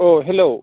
अ hello